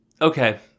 Okay